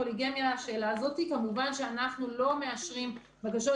פוליגמיה כמובן שאנחנו לא מאשרים בקשות